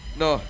no